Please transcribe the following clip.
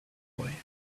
boy